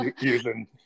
using